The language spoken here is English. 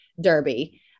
Derby